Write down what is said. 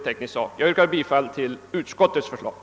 Herr talman! Jag yrkar bifall till utskottets hemställan.